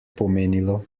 pomenilo